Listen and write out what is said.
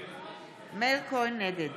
נגד